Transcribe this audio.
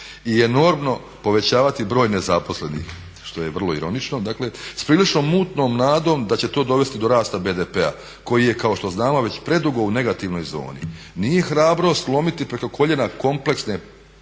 i enormno povećavati broj nezaposlenih, što je vrlo ironično dakle, s prilično mutnom nadom da će to dovesti do rasta BDP-a koji je kao što znamo već predugo u negativnoj zoni. Nije hrabrost lomiti preko koljena kompleksne